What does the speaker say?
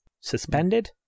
suspended